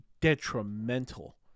detrimental